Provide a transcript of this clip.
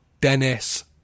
Dennis